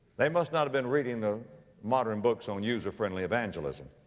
they must not have been reading the modern books on user-friendly evangelism,